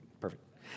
Perfect